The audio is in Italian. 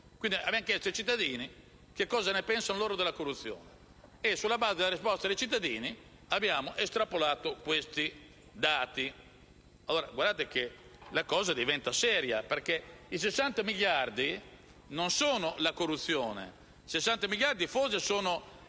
abbiamo chiesto ai cittadini cosa ne pensano della corruzione e, sulla base della risposta dei cittadini, abbiamo estrapolato questi dati. Guardate che la cosa diventa seria, perché i 60 miliardi non sono la corruzione, ma forse sono